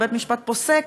ובית-המשפט פוסק,